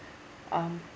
um